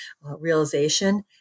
realization